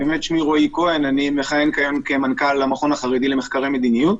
אני מכהן היום כמנכ"ל המכון החרדי למחקרי מדיניות,